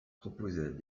proposait